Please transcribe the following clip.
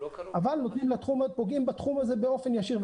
אבל פוגעים בתחום הזה באופן ישיר.